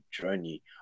journey